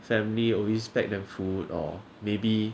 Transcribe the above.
family always pack them food or maybe